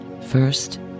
first